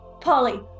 polly